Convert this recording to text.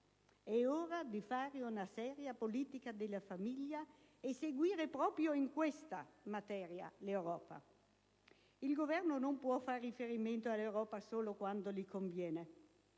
È ora di realizzare una seria politica della famiglia e di seguire proprio in questa materia l'Europa. Il Governo non può fare riferimento all'Europa solo quando gli conviene.